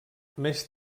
més